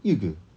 ye ke